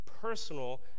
personal